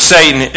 Satan